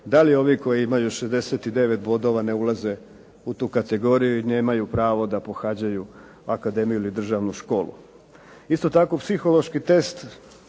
da li ovi koji imaju 69 bodova ne ulaze u tu kategoriju i nemaju pravo da pohađaju akademiju ili državnu školu. Isto tako psihološki test,